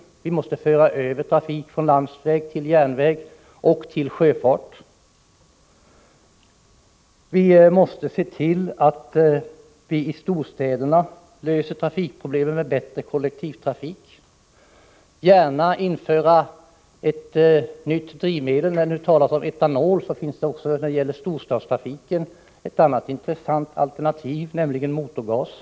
Trafik måste föras över från landsväg till järnväg och sjöfart. Vi måste se till att man i storstäderna löser trafikproblemen genom en bättre kollektivtrafik. Man kan också gärna införa ett nytt drivmedel. Förutom etanol finns för storstadstrafiken även ett annat intressant alternativ, nämligen motorgas.